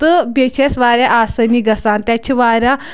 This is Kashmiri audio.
تہٕ بیٚیہِ چھِ اَسہِ واریاہ آسٲنی گژھان تَتہِ چھِ واریاہ